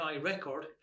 record